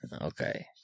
okay